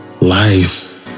life